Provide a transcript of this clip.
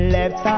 Left